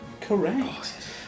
Correct